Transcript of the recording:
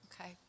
Okay